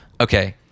Okay